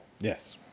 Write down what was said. Yes